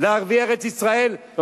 לערביי ארץ-ישראל,